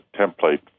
template